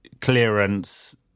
clearance